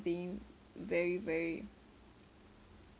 being very very